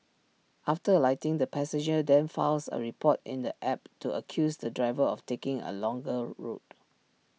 after alighting the passenger then files A report in the app to accuse the driver of taking A longer route